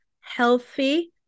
healthy